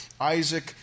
Isaac